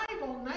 Bible